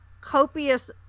copious